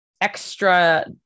extra